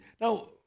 Now